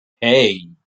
hey